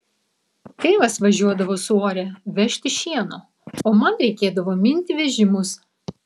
tėvas važiuodavo su uore vežti šieno o man reikėdavo minti vežimus